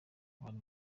bari